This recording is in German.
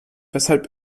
weshalb